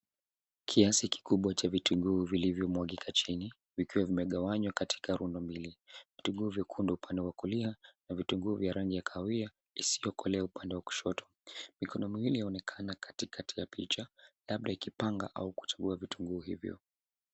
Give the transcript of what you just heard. Kiasi kikubwa cha vitunguu vilivyomwagika chini, vikiwa vimegawanywa katika rundo mbili, vitunguu vyekundu upande wa kulia na vitunguu vya kahawia isiyokolea upande wa kushoto. Mikono miwili yaonekana katikati ya picha, labda ikipanga au kuchagua vitunguu hivyo.